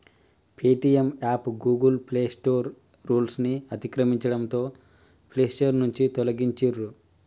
Paytm app Google Play Store రూల్స్ను అతిక్రమించడంతో Play Store నుంచి తొలగించిర్రు